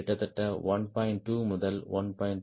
2 முதல் 1